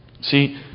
See